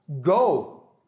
Go